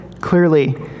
clearly